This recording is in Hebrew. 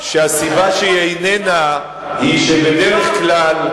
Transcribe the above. שהסיבה שהיא איננה היא שבדרך כלל,